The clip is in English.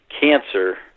cancer